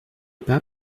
pas